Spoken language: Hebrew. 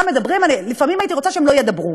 כולם מדברים, ולפעמים הייתי רוצה שהם לא ידברו,